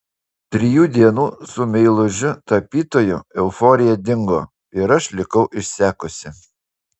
trijų dienų su meilužiu tapytoju euforija dingo ir aš likau išsekusi